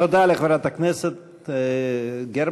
תודה לחברת הכנסת גרמן.